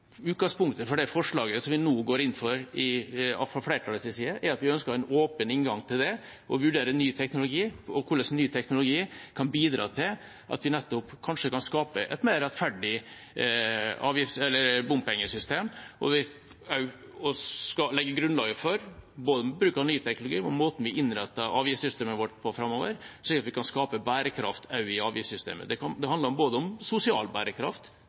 Utgangspunktet for det forslaget vi nå går inn for fra flertallets side, er at vi ønsker en åpen inngang til det å vurdere ny teknologi og hvordan ny teknologi kan bidra til at vi kanskje kan skape et mer rettferdig bompengesystem. Vi skal legge grunnlag for både bruk av ny teknologi og måten vi innretter avgiftssystemet vårt på framover, som gjør at vi kan skape bærekraft også i avgiftssystemet. Det handler ikke bare om sosial bærekraft i avgiftssystemet, men det handler også om